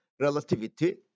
relativity